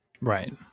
right